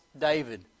David